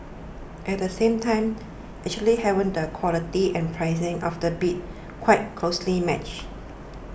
at the same time actually having the quality and pricing of the bids quite closely matched